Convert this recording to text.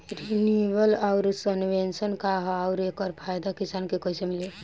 Renewable आउर subvention का ह आउर एकर फायदा किसान के कइसे मिली?